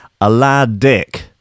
Aladdick